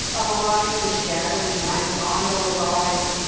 allied to shadowy night gondola rides,